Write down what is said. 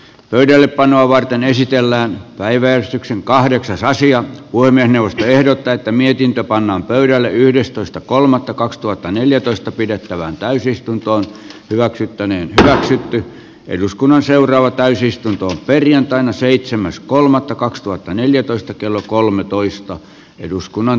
pöydällepanoa varten esitellään päiväystyksen kahdeksasosia voimme tehdä tätä mietintö pannaan pöydälle yhdestoista kolmatta kaksituhattaneljätoista pidettävään täysistunto hyväksyttäneen tai sitten eduskunnan seuraava täysistuntoon perjantaina seitsemäs kolmatta kaksituhattaneljätoista kello laajasta asiasta kysymys